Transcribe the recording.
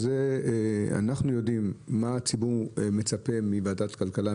אנחנו יודעים מה הציבור מצפה מוועדת הכלכלה,